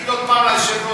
תגיד עוד פעם ליושב-ראש,